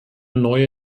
neue